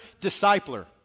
discipler